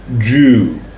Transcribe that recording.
Jew